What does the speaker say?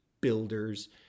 builders